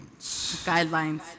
Guidelines